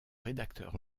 rédacteur